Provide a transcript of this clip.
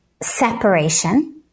separation